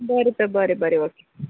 बरें त बरें बरें ओके